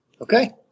Okay